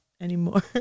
Anymore